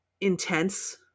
intense